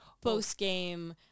post-game